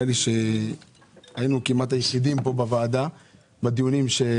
נראה לי שהיינו כמעט היחידים פה בוועדה באותם דיונים.